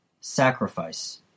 Sacrifice